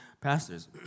pastors